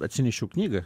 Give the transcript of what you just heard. atsinešiau knygą